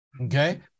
Okay